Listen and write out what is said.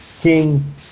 king